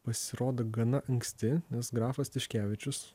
pasirodo gana anksti nes grafas tiškevičius